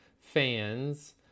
fans